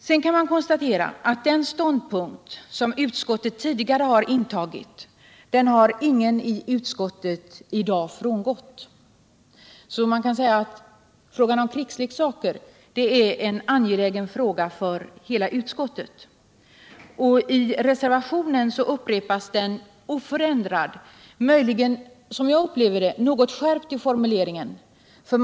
Man kan konstatera att ingen i utskottet frångått den ståndpunkt som utskottet tidigare har intagit. Frågan om krigsleksaker är en angelägen fråga för hela utskottet. I reservationen upprepas denna ståndpunkt oförändrad, möjligen något skärpt i formuleringen — så upplever i alla fall jag det.